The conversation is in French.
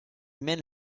mène